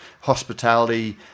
hospitality